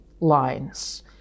lines